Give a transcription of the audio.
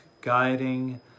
guiding